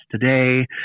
today